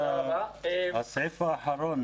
תחזרי על הסעיף האחרון.